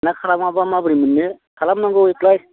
ना खालामाबा माबोरै मोननो खालामनांगौ एप्लाय